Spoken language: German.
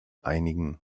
einigen